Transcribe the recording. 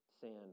sand